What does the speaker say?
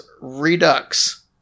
Redux